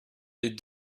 est